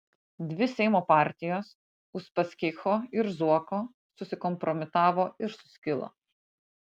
dvi seimo partijos uspaskicho ir zuoko susikompromitavo ir suskilo